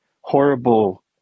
horrible